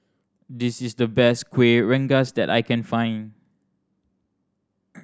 this is the best Kuih Rengas that I can find